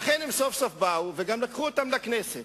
ואכן, סוף-סוף הם באו, וגם לקחו אותם לכנסת.